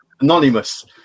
anonymous